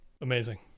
amazing